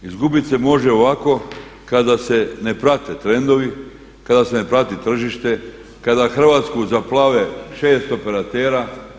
Izgubit se može ovako kada se ne prate trendovi, kada se ne prati tržište, kada Hrvatsku zaplave 6 operatera.